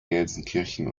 gelsenkirchen